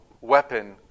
weapon